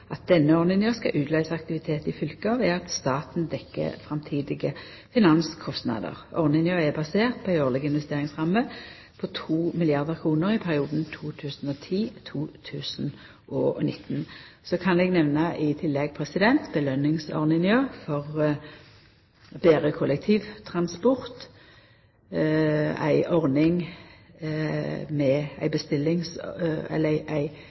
at denne ordninga skal utløysa aktivitet i fylka ved at staten dekkjer framtidige finanskostnader. Ordninga er basert på ei årleg investeringsramme på 2 milliardar kr i perioden 2010–2019. Så kan eg i tillegg nemna påskjøningsordninga for betre kollektivtransport, ei ordning som gjev moglegheit for utbetring eller